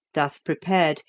thus prepared,